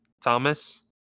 Thomas